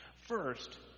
First